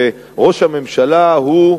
וראש הממשלה הוא,